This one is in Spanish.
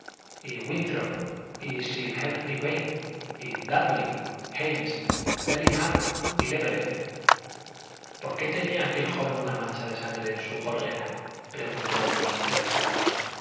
y léverett por qué tenía aquel joven una mancha de sangre en su gorguera preguntó miss